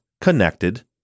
connected